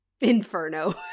inferno